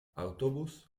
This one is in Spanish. autobús